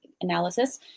analysis